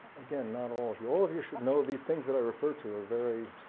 again, not all of you, all of you should know these things that i refer to are very